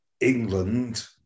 England